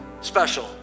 special